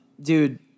Dude